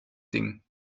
ding